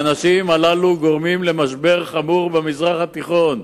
האנשים הללו גורמים למשבר חמור במזרח התיכון,